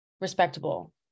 respectable